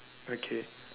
okay